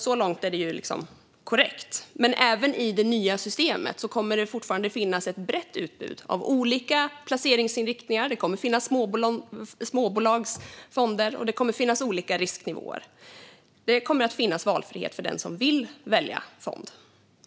Så långt är det korrekt. Men även i det nya systemet kommer det fortfarande att finnas ett brett utbud av olika placeringsinriktningar. Det kommer att finnas småbolagsfonder, och det kommer att finnas olika risknivåer. Det kommer att finnas valfrihet för den som vill välja fond.